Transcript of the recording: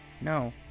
No